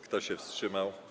Kto się wstrzymał?